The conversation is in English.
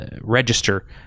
register